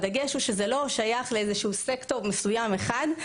הדגש הוא שזה לא שייך לסקטור מסוים אחד,